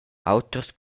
auters